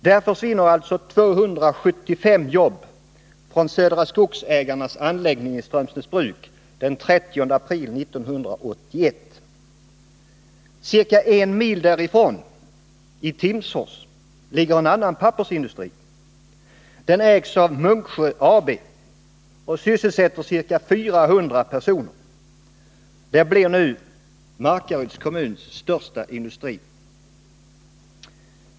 Där försvinner alltså 275 jobb från Södra Skogsägarnas anläggning i Strömsnäsbruk den 30 april 1981. Ca en mil därifrån, i Timsfors, ligger en annan pappersindustri. Den ägs av Munksjö AB och sysselsätter ca 400 personer. Det blir nu Markaryds kommuns största industri.